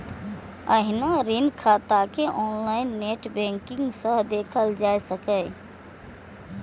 एहिना ऋण खाता कें ऑनलाइन नेट बैंकिंग सं देखल जा सकैए